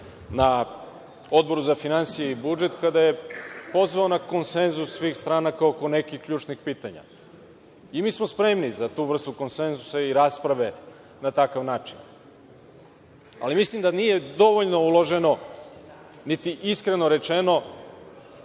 na Odboru za finansije i budžet, kada je pozvao na konsenzus svih stranaka oko nekih ključnih pitanja. Mi smo spremni za tu vrstu konsenzusa i rasprave na takav način, ali mislim da nije dovoljno uloženo niti vremena, iskreno rečeno,